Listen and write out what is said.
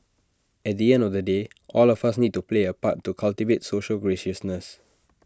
at the end of the day all of us need to play A part to cultivate social graciousness